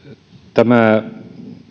tämä